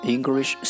English